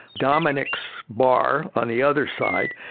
dominic's bar on the other side,